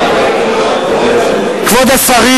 כבוד השרים.